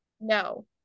No